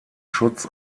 schutz